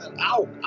Ow